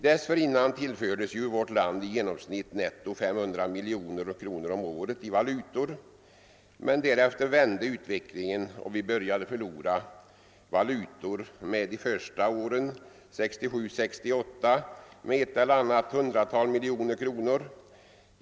Dessförinnan tillfördes vårt land i genomsnitt netto 500 miljoner kronor om året i valutor, men därefter vände utvecklingen och vi började förlora valutor de första åren 1967 och 1968 med ett eller annat hundratal miljoner kronor.